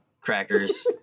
crackers